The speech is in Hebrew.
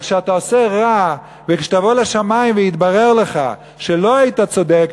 אבל כשאתה עושה רע וכשתבוא לשמים ויתברר לך שלא היית צודק,